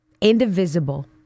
indivisible